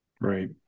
right